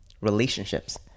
relationships